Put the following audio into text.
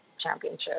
championship